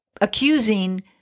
accusing